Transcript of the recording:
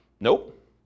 Nope